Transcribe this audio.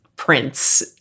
prince